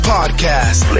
Podcast